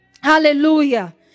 Hallelujah